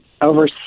over